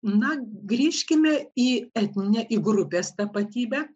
na grįžkime į etninę į grupės tapatybę